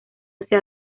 hacia